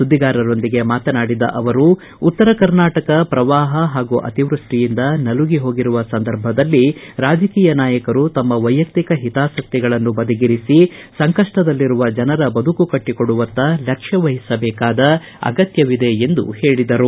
ಸುದ್ದಿಗಾರರೊಂದಿಗೆ ಮಾತನಾಡಿದ ಅವರು ಉತ್ತರ ಕರ್ನಾಟಕ ಪ್ರವಾಹ ಹಾಗೂ ಅತಿವೃಷ್ಷಿಯಿಂದ ನಲುಗಿಹೋಗಿರುವ ಸಂದರ್ಭದಲ್ಲಿ ರಾಜಕೀಯ ನಾಯರು ತಮ್ಮ ವೈಯಕ್ತಿಕ ಹಿತಾಸತ್ತಿಗಳನ್ನು ಬದಗಿರಿಸಿ ಸಂಕಷ್ಟದಲ್ಲಿರುವ ಜನರ ಬದುಕು ಕಟ್ಟಕೊಡುವತ್ತ ಲಕ್ಷ್ಯ ವಹಿಸಬೇಕಾದ ಅಗತ್ಯವಿದೆ ಎಂದು ಹೇಳದರು